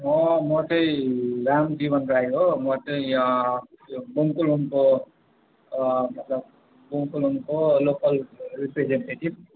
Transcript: म चाहिँ राम जीवन राई हो म चाहिँ यो बुङ्कुलुङ्को मतलब बुङ्कुलुङ्कको लोकल रिप्रेजेन्टेजिभ